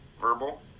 verbal